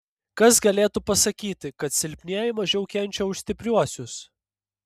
kas galėtų pasakyti kad silpnieji mažiau kenčia už stipriuosius